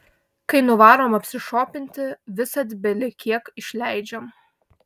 kai nuvarom apsišopinti visad belekiek išleidžiam